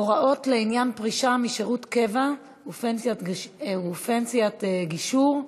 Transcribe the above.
הוראות לעניין פרישה משירות קבע ופנסיית גישור,